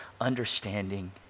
understanding